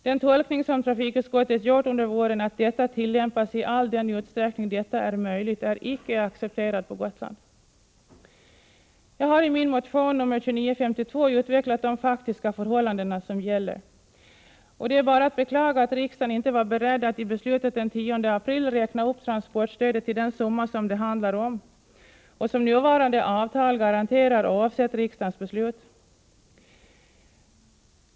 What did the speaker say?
Den tolkning som trafikutskottet gjort under våren, att detta tillämpas i den utsträckning det är möjligt, är inte accepterad på Gotland. Jag har i min motion nr 2952 utvecklat de faktiska förhållanden som gäller. Det är bara att beklaga att riksdagen inte var beredd att i beslutet den 10 april räkna upp transportstödet till den summa som det handlar om och som nuvarande avtal garanterar oavsett riksdagens beslut.